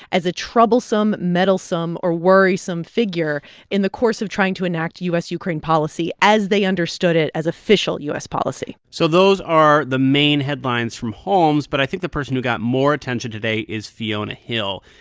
as a troublesome, meddlesome or worrisome figure in the course of trying to enact u s ukraine policy as they understood it as official u s. policy so those are the main headlines from holmes. but i think the person who got more attention today is fiona hill.